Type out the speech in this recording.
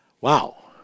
Wow